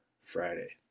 Friday